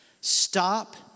Stop